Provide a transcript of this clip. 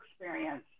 experience